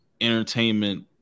entertainment